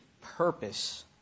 purpose